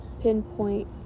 pinpoint